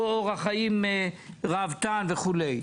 כסף שמשרד האוצר לא נותן להוציא אותו.